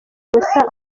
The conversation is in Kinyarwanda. musa